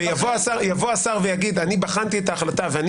הוא יאמר שהוא בחן את ההחלטה והוא